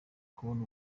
kubona